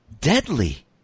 deadly